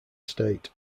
state